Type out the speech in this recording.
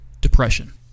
depression